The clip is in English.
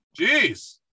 Jeez